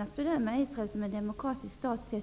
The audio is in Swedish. att bedöma Israel som en demokratisk stat.